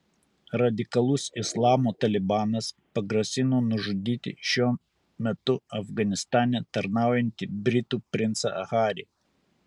radikalus islamo talibanas pagrasino nužudyti šiuo metu afganistane tarnaujantį britų princą harį